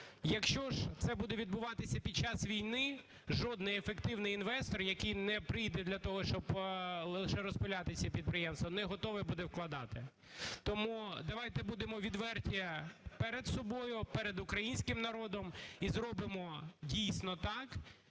Якщо ж це буде відбуватися під час війни, жодний ефективний інвестор, який не прийде для того, щоб лише розпиляти ці підприємства, не готовий буде вкладати. Тому давайте будемо відверті перед собою, перед українським народом і зробимо дійсно так,